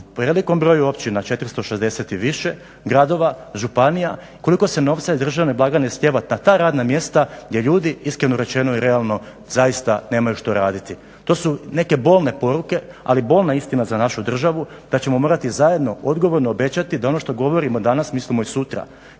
u velikom broju općina, 460 i više gradova, županija, koliko se novca iz državne blagajne slijevat na ta radna mjesta gdje ljudi iskreno rečeno i realno zaista nemaju što raditi. To su neke bolne poruke ali bolna istina za našu državu da ćemo morati zajedno odgovorno obećati da ono što govorimo danas mislimo i sutra.